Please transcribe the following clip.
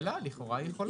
לכאורה היא יכולה.